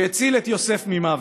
הציל את יוסף ממוות.